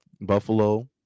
Buffalo